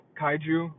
kaiju